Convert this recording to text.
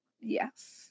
yes